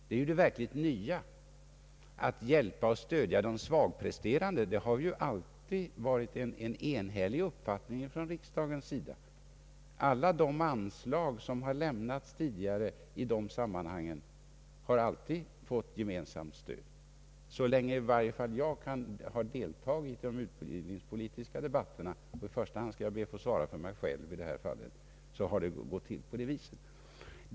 Att vi skall hjälpa och stödja de svagpresterande har alltid varit en enhällig uppfattning i riksdagen. De anslag som hittills lämnats för dessa ändamål har alltid fått gemensamt stöd. Så länge i varje fall jag har deltagit i de utbildningspolitiska debatterna — i första hand skall jag be att få svara för mig själv i detta sammanhang — har det gått till på det viset.